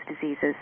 diseases